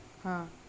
हां